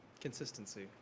Consistency